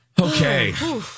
Okay